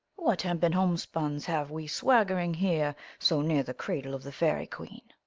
what hempen homespuns have we swagg'ring here, so near the cradle of the fairy queen?